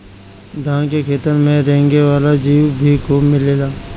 धान के खेतन में रेंगे वाला जीउ भी खूब मिलेलन